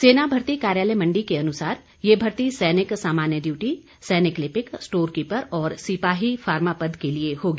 सेना भर्ती कार्यालय मण्डी के अनुसार ये भर्ती सैनिक सामान्य ड्यूटी सैनिक लिपिक स्टोरकीपर और सिपाही फार्मा पद के लिए होगी